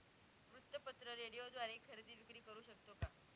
वृत्तपत्र, रेडिओद्वारे खरेदी विक्री करु शकतो का?